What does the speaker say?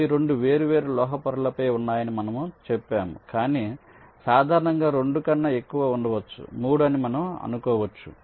అవి 2 వేర్వేరు లోహ పొరలపై ఉన్నాయని మనము చెప్పాము కాని సాధారణంగా 2 కన్నా ఎక్కువ ఉండవచ్చు 3 అని మనం అనుకోవచ్చు